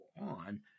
on